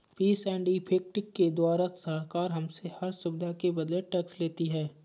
fees and effective के द्वारा सरकार हमसे हर सुविधा के बदले टैक्स लेती है